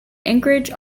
anchorage